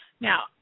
Now